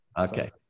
okay